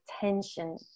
tension